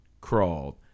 crawled